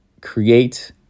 create